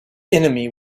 enemy